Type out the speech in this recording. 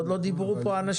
עוד לא דיברו כאן אנשים.